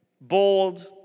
bold